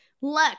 Look